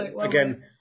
Again